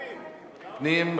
פנים.